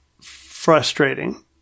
frustrating